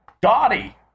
Dottie